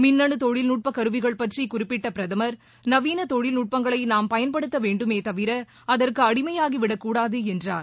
மின்னு தொழில்நுட்பக் கருவிகள் பற்றி குறிப்பிட்ட பிரதமா் நவீன தொழில்நுட்பங்களை நாம் பயன்படுத்த வேண்டுமே தவிர அதற்கு அடிமையாகிவிடக்கூடாது என்றார்